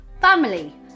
family